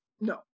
no